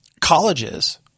colleges